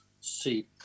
see